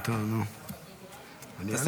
אני רק עם עצמי ועם מי שמעליי.